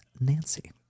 nancy